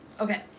Okay